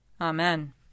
Amen